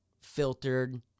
filtered